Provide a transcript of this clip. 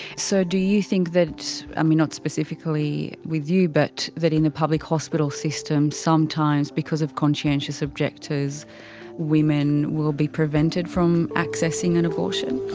so, do you think that, i mean not specifically with you, but that in the public hospital system sometimes because of conscientious objectors women will be prevented from accessing an abortion?